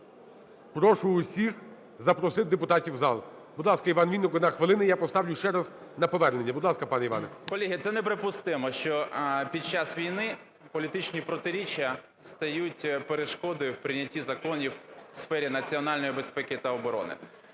Прошу усіх запросити депутатів в зал. Будь ласка, ІванВінник, 1 хвилина. І я поставлю ще раз на повернення. Будь ласка, пане Іване. 11:14:00 ВІННИК І.Ю. Колеги, це неприпустимо, що під час війни політичні протиріччя стають перешкодою в прийнятті законів у сфері національної безпеки та оборони.